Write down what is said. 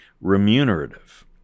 remunerative